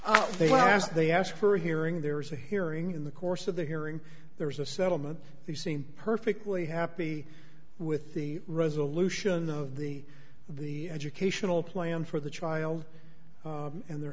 as they asked for a hearing there was a hearing in the course of the hearing there was a settlement they seem perfectly happy with the resolution of the the educational plan for the trial and they're